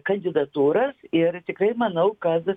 kandidatūras ir tikrai manau kad